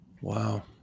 wow